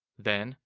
then,